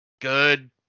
good